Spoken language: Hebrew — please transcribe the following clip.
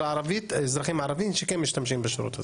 האזרחים הערביים שכן משתמשים בשירות הזה?